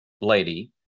lady